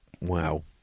Wow